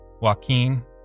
Joaquin